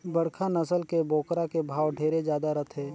बड़खा नसल के बोकरा के भाव ढेरे जादा रथे